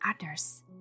others